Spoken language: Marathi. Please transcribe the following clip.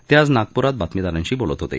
ते आज नागपूरात बातमीदारांशी बोलत होते